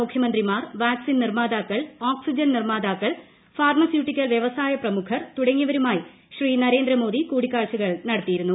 മുഖ്യമന്ത്രിമാർ വാക്സിൻ നിർമ്മാതാക്കൾ സംസ്ഥാന ഓക്സിജൻ നിർമ്മാതാക്കൾ ഫാർമസ്യൂട്ടിക്കൽ വൃവസായ പ്രമുഖർ തുടങ്ങിയവരുമായി ശ്രീ നരേന്ദ്രമോദി കൂടുക്കാഴ്ചകൾ നടത്തിയിരുന്നു